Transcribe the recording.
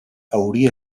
hauria